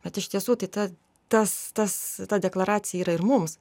bet iš tiesų tai ta tas tas ta deklaracija yra ir mums